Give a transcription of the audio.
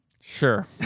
Sure